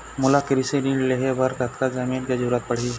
मोला कृषि ऋण लहे बर कतका जमीन के जरूरत पड़ही?